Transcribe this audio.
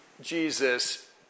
Jesus